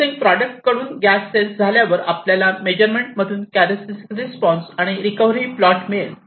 sensing product कडून gas sense झाल्यावर आपल्याला मेजरमेंट मधून कॅरॅस्टिक्स रिस्पॉन्स आणि रिकवरी प्लॉट मिळेल